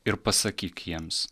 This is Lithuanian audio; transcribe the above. ir pasakyk jiems